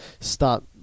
start